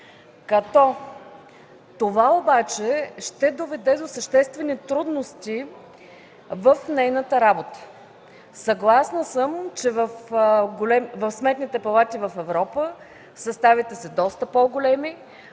Това обаче ще доведе до съществени трудности в нейната работа. Съгласна съм, че в Сметните палати в Европа съставите са доста по-големи,